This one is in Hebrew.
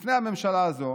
כמה זה תובעני,